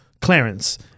Clarence